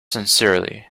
sincerely